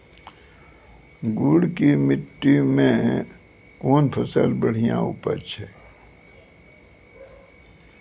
गुड़ की मिट्टी मैं कौन फसल बढ़िया उपज छ?